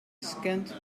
scant